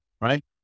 right